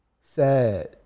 sad